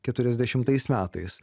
keturiasdešimtais metais